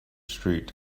street